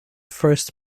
first